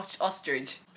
ostrich